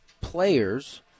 players